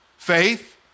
Faith